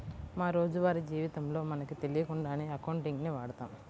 మా రోజువారీ జీవితంలో మనకు తెలియకుండానే అకౌంటింగ్ ని వాడతాం